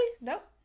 Nope